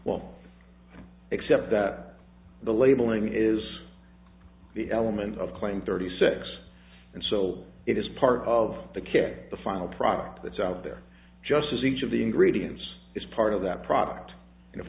well except that the labeling is the element of claim thirty six and so it is part of the care the final product that's out there just as each of the ingredients is part of that product and if